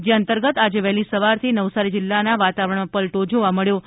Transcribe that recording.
જે અંતર્ગત આજે વહેલી સવારથી નવસારી જિલ્લાના વાતાવરણમાં પલટો જોવા મળ્યો છે